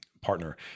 partner